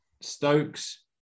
Stokes